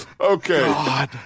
Okay